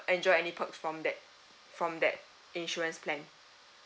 enjoy any perks from that from that insurance plan